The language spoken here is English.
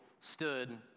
stood